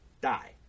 die